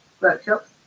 workshops